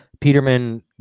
Peterman